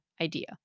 idea